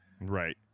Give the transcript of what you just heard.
Right